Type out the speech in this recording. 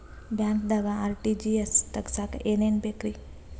ಬ್ಯಾಂಕ್ದಾಗ ಆರ್.ಟಿ.ಜಿ.ಎಸ್ ತಗ್ಸಾಕ್ ಏನೇನ್ ಬೇಕ್ರಿ?